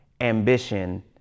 ambition